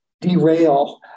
derail